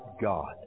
God